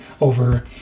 over